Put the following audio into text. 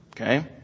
Okay